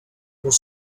were